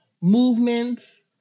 movements